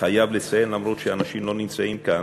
אני חייב לציין, גם אם אנשים לא נמצאים כאן,